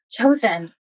chosen